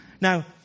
Now